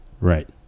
Right